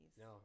No